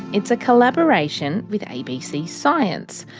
it's a collaboration with abc science.